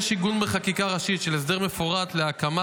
יש עיגון בחקיקה ראשית של הסדר מפורט להקמה